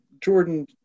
Jordan